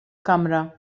kamra